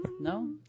No